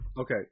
Okay